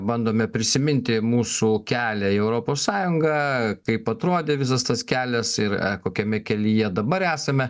bandome prisiminti mūsų kelią į europos sąjungą kaip atrodė visas tas kelias ir kokiame kelyje dabar esame